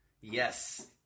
Yes